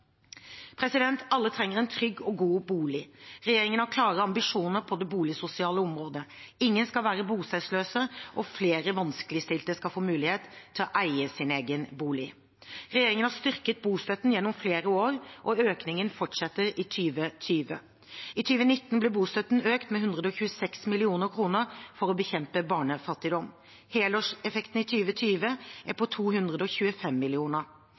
Alle trenger en trygg og god bolig. Regjeringen har klare ambisjoner på det boligsosiale området. Ingen skal være bostedsløse, og flere vanskeligstilte skal få mulighet til å eie sin egen bolig. Regjeringen har styrket bostøtten gjennom flere år, og økningen fortsetter i 2020. I 2019 ble bostøtten økt med 126 mill. kr for å bekjempe barnefattigdom. Helårseffekten i 2020 er på 225 mill. kr. I 2020 får 22 000 barnefamilier og